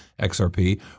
XRP